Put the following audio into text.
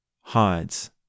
hides